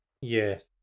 Yes